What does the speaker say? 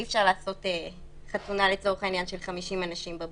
אי אפשר לעשות חתונה של 50 אנשים בבריכה.